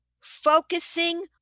focusing